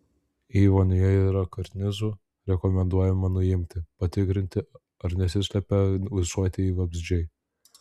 jei vonioje yra karnizų rekomenduojama nuimti patikrinti ar nesislepia ūsuotieji vabzdžiai